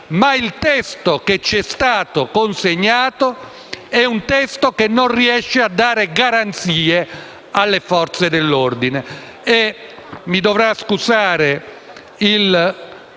ma il testo che ci è stato consegnato non riesce a dare garanzie alle Forze dell'ordine.